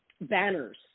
banners